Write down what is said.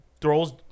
throws